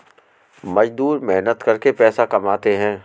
मजदूर मेहनत करके पैसा कमाते है